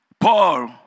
Paul